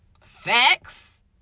facts